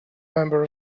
member